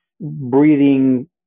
breathing